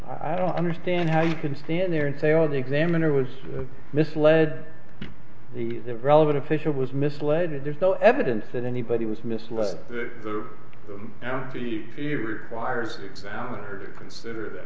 i don't understand how you can stand there and say oh the examiner was misled the relevant official was misled and there's no evidence that anybody was misled now the requires her to consider the